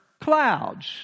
clouds